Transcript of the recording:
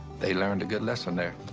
they learned a good lesson there.